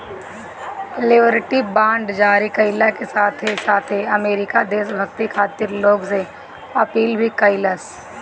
liberty bond जारी कईला के साथे साथे अमेरिका देशभक्ति खातिर लोग से अपील भी कईलस